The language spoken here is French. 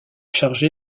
chargé